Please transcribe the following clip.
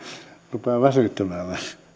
rupeaa väsyttämään vähän